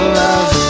love